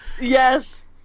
Yes